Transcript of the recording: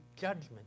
judgment